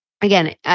Again